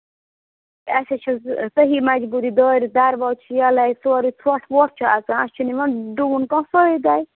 اَسہِ حظ چھِ زٕ صحیح مَجبوٗری دارِ درواز چھِ یَلَے سورُے ژھۄٹھ وۄٹھ چھُ اَژان اَسہِ چھُنہٕ یِوان ڈُوُن کانٛہہ فٲیدَے